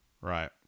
Right